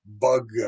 bug